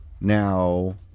Now